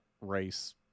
race